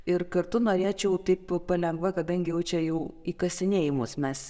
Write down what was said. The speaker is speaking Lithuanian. ir kartu norėčiau taip palengva kadangi jau čia jau į kasinėjimus mes